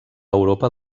europa